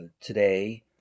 Today